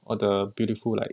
all the beautiful like